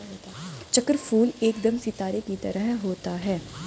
चक्रफूल एकदम सितारे की तरह होता है